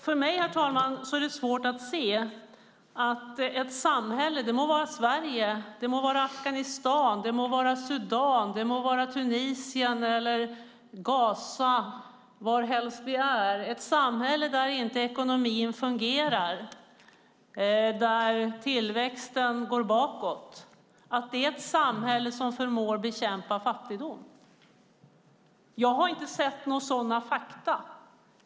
För mig, herr talman, är det svårt att se att ett samhälle - det må vara Sverige, Afghanistan, Sudan, Tunisien, Gaza eller varhelst vi är - där ekonomin inte fungerar och tillväxten går bakåt är ett samhälle som förmår bekämpa fattigdom. Jag har inte sett några sådana fakta.